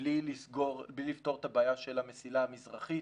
בלי לפתור את הבעיה של המסילה המזרחית